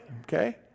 Okay